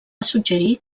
suggerir